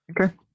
Okay